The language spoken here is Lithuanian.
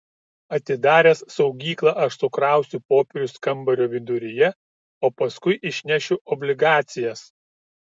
atidaręs saugyklą aš sukrausiu popierius kambario viduryje o paskui išnešiu obligacijas